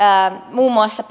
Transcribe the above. muun muassa